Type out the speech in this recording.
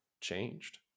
changed